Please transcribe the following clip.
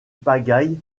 pagaille